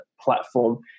platform